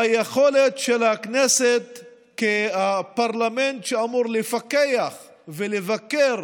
ביכולת של הכנסת כפרלמנט, שאמור לפקח ולבקר